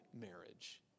marriage